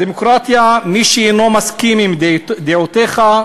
בדמוקרטיה, מי שאינו מסכים עם דעותיך,